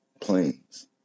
planes